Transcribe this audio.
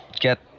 get